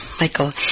Michael